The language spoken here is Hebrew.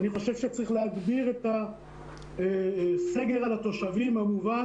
אני חושב שצריך להגביר את הסגר על התושבים במובן